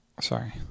sorry